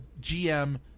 GM